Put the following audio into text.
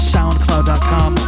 SoundCloud.com